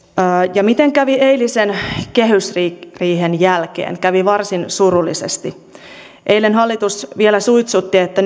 ja miten kävi eilisen kehysriihen jälkeen kävi varsin surullisesti eilen hallitus vielä suitsutti että